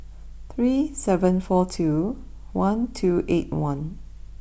three seven four two one two eight one